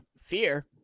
fear